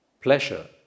pleasure